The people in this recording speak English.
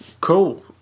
cool